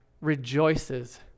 rejoices